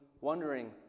wondering